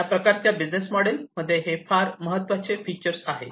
हे या प्रकारच्या बिजनेस मॉडेल मधील फार महत्त्वाचे फीचर आहे